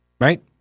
right